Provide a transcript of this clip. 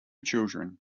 children